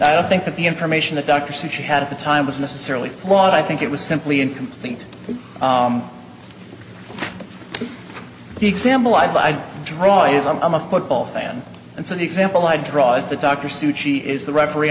i don't think that the information the doctor said she had at the time was necessarily flawed i think it was simply incomplete the example i'd draw is i'm a football fan and so the example i draw is the doctor suchi is the referee